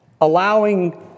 allowing